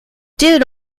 did